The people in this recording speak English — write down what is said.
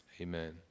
Amen